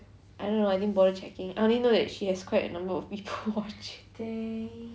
I don't know I didn't bother checking I only know she has quite a number of people watching